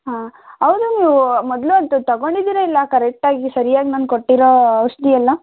ಹಾಂ ಹೌದು ನೀವು ಮೊದಲು ಅದು ತಗೊಂಡಿದ್ದೀರಾ ಇಲ್ಲ ಕರೆಟ್ಟಾಗಿ ಸರ್ಯಾಗಿ ನಾನು ಕೊಟ್ಟಿರೋ ಔಷಧಿ ಎಲ್ಲ